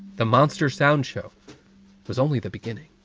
the monster sound show was only the beginning.